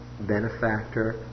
benefactor